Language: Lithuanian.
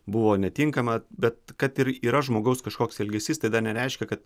buvo netinkama bet kad ir yra žmogaus kažkoks elgesys tai dar nereiškia kad